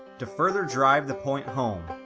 to further drive the point home,